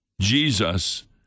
Jesus